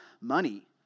money